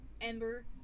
Ember